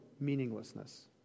meaninglessness